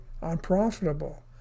unprofitable